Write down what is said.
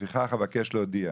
לפיכך אבקש להודיע